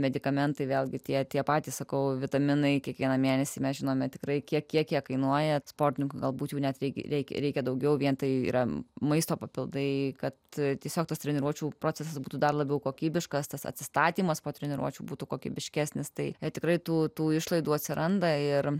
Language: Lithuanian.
medikamentai vėlgi tie tie patys sakau vitaminai kiekvieną mėnesį mes žinome tikrai tiek kiek kainuoja sportininkų galbūt net iki reikia reikia daugiau vien tai yra maisto papildai kad tiesiog tas treniruočių procesas būtų dar labiau kokybiškas tas atsistatymas po treniruočių būtų kokybiškesnis tai tikrai tų išlaidų atsiranda ir